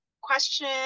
question